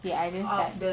other side